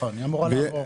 אמורה לעבור.